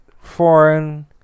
foreign